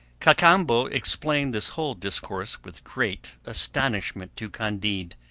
cacambo explained this whole discourse with great astonishment to candide,